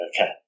okay